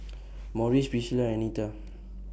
Morris Pricilla Anita